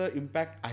impact